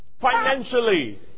financially